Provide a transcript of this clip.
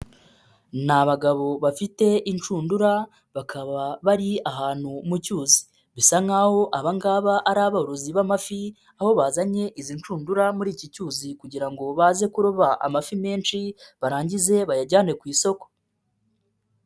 Ni abagabo bafite inshundura bakaba bari ahantu mu cyuzi, bisa nk'aho abangaba ari abarozi b'amafi, aho bazanye izi nshundura muri iki cyuzi kugira ngo baze kuroba amafi menshi barangize bayajyane ku isoko.